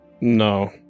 no